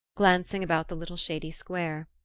glancing about the little shady square.